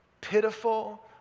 pitiful